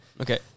Okay